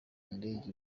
indege